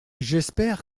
j’espère